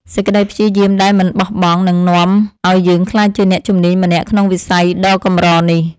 សេចក្តីព្យាយាមដែលមិនបោះបង់នឹងនាំឱ្យយើងក្លាយជាអ្នកជំនាញម្នាក់ក្នុងវិស័យដ៏កម្រនេះ។